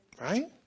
Right